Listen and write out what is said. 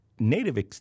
Native